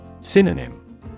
Synonym